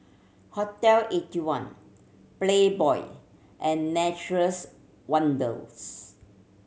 Hotel Eighty one Playboy and Nature's Wonders